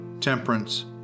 temperance